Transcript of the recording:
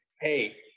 Hey